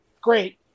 great